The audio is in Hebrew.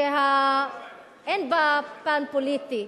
שאין בה פן פוליטי,